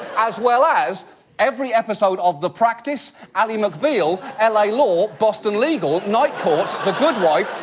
as well as every episode of the practice, ally mcbeal, l a. law, boston legal, night court, the good wife,